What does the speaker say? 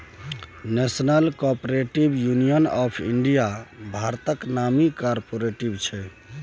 national cooperative union of India भारतक नामी cooperative छै